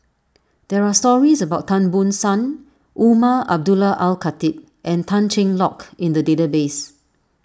there are stories about Tan Ban Soon Umar Abdullah Al Khatib and Tan Cheng Lock in the database